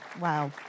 wow